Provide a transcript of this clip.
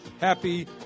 happy